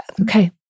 Okay